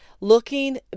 looking